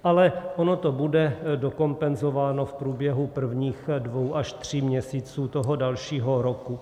Ale ono to bude dokompenzováno v průběhu prvních dvou až tří měsíců toho dalšího roku.